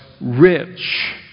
rich